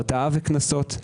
הרתעה וקנסות.